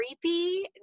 creepy